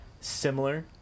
similar